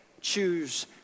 choose